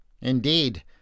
Indeed